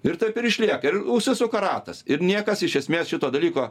ir taip ir išlieka ir užsisuka ratas ir niekas iš esmės šito dalyko